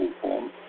form